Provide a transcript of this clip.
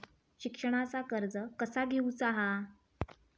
शिक्षणाचा कर्ज कसा घेऊचा हा?